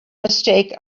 mistake